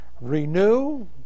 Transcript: renew